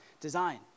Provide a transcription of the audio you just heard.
design